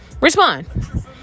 respond